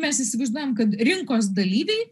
mes įsivaizduojam kad rinkos dalyviai